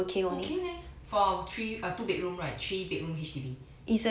okay leh for our three err two bedroom right three bedroom H_D_B